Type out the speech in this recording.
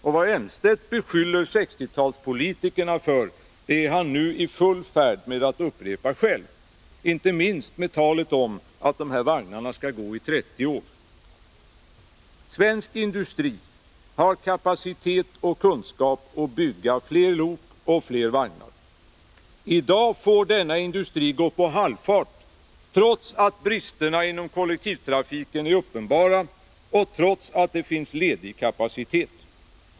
Det Claes Elmstedt beskyller 1960-talspolitikerna för är han nu i full färd med att upprepa själv, inte minst med talet om att dessa vagnar skall gå i 30 år. Svensk industri har kapacitet och kunskap att bygga fler lok och fler vagnar. I dag får denna industri gå på halvfart trots att bristerna inom kollektivtrafiken är uppenbara och trots att det finns ledig kapacitet.